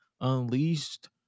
Unleashed